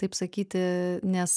taip sakyti nes